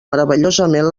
meravellosament